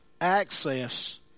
access